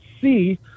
see